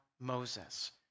Moses